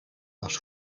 was